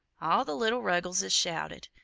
all the little ruggleses shouted,